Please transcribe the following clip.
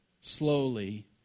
slowly